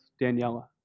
Daniela